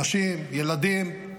נשים, ילדים,